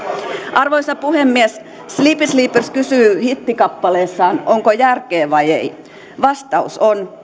arvoisa puhemies sleepy sleepers kysyy hittikappaleessaan onko järkee vai ei vastaus on